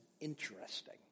interesting